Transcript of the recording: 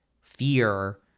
fear